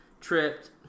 tripped